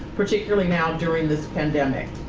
particularly now during this pandemic.